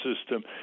system